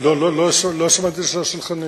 לא שמעתי את השאלה של חנין.